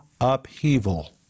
upheaval